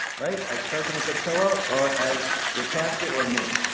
right, as president petillo or as your pastor or me.